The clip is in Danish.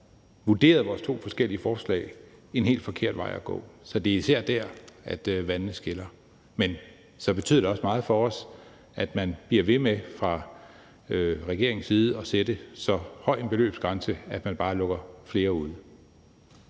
har vurderet vores to forskellige forslag, en helt forkert vej at gå. Så det er især der, vandene skiller. Men så betyder det også meget for os, at man bliver ved med fra regeringens side at sætte så høj en beløbsgrænse, at man bare lukker flere ude.